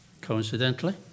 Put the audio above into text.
coincidentally